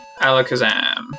Alakazam